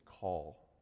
call